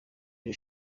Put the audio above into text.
iri